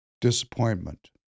disappointment